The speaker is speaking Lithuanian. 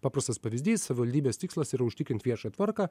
paprastas pavyzdys savivaldybės tikslas yra užtikrint viešąją tvarką